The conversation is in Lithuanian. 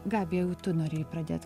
gabija jau tu norėjai pradėt